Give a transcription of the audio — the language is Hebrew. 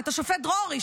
את השופט דרורי,